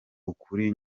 ukuri